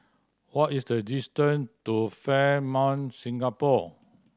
what is the distance to Fairmont Singapore